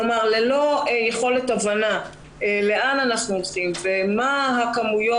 כלומר ללא יכולת הבנה לאן אנחנו הולכים ומה הכמויות